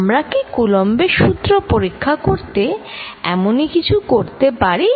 আমরা কি কুলম্বের সূত্র'Coulumb's Law পরীক্ষা করতে এমনই কিছু করতে পারি